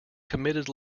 committed